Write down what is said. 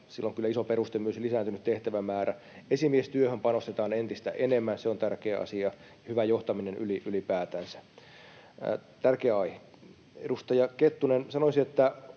kyllä iso peruste myös lisääntynyt tehtävämäärä. Esimiestyöhön panostetaan entistä enemmän. Se on tärkeä asia, hyvä johtaminen ylipäätänsä — tärkeä aihe. Edustaja Kettunen, sanoisin, että